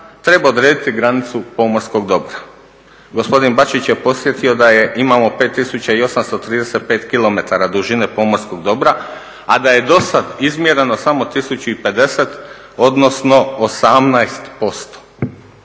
treba odrediti granicu pomorskog dobra. Gospodin Bačić je podsjetio da je imalo 5835km dužine pomorskog dobra a da je do sada izmjereno samo 1050 odnosno 18%.